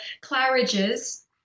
Claridge's